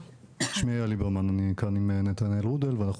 שמי אייל ליברמן ואני כאן עם נתנאל הודל ואנחנו